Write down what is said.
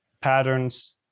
patterns